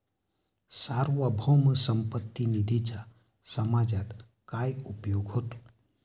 सार्वभौम संपत्ती निधीचा समाजात काय उपयोग होतो?